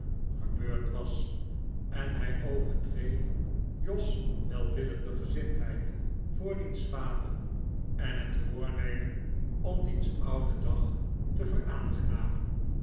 gebeurd was en hij overdreef jos welwillende gezindheid voor diens vader en het voornemen om diens ouden dag te